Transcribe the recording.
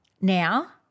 now